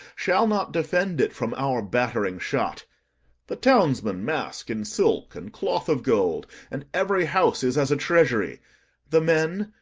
shall not defend it from our battering shot the townsmen mask in silk and cloth of gold, and every house is as a treasury the men,